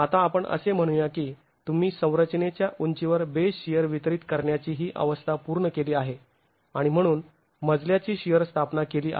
आता आपण असे म्हणूया की तुम्ही संरचनेच्या उंचीवर बेस शिअर वितरित करण्याची ही अवस्था पूर्ण केली आहे आणि तुम्ही मजल्याची शिअर स्थापना केली आहे